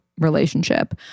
relationship